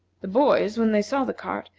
the boys, when they saw the cart,